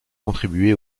contribué